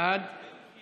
כל